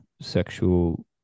sexual